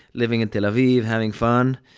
living in tel aviv, having fun,